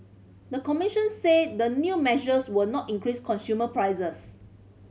the commission said the new measures were not increase consumer prices